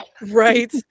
Right